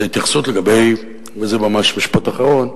זו ההתייחסות לגבי, וזה, ממש, משפט אחרון,